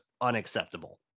unacceptable